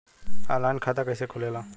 Online खाता कइसे खुलेला?